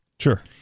Sure